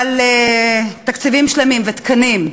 תקציבים שלמים ותקנים,